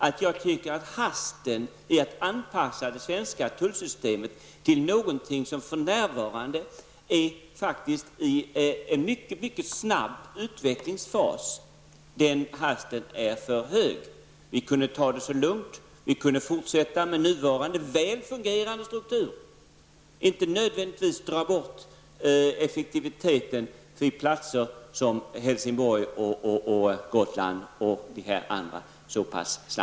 Den hast med vilken man vill anpassa det svenska tullsystemet till någonting som för närvarande är i en mycket snabb utvecklingsfas är inte motiverad. Vi kunde ta det lugnt. Vi kunde fortsätta med nuvarande väl fungerande struktur och inte nödvändigtvis dra ner på effektiviteten vid platser som Helsingborg, Gotland m.fl.